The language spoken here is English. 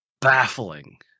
baffling